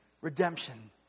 redemption